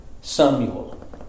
Samuel